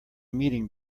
meeting